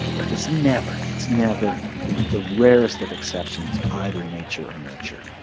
look it's never, it's never with the rarest of exceptions either nature or nurture.